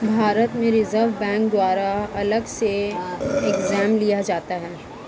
भारत में reserve bank द्वारा अलग से एग्जाम लिया जाता है